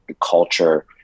culture